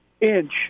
inch